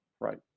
right